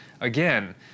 again